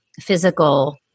physical